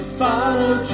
follow